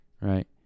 right